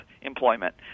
employment